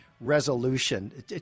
Resolution